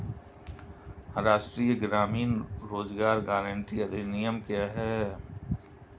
राष्ट्रीय ग्रामीण रोज़गार गारंटी अधिनियम क्या है?